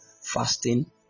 fasting